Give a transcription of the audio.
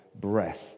breath